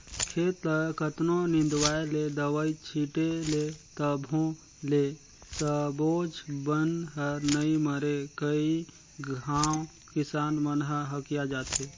खेत ल कतनों निंदवाय ले, दवई छिटे ले तभो ले सबोच बन हर नइ मरे कई घांव किसान मन ह हकिया जाथे